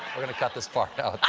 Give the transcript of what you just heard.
we're going to cut this part out.